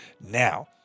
now